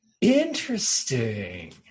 Interesting